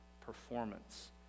performance